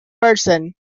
person